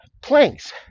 planks